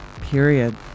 period